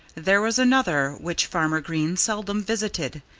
there was another which farmer green seldom visited,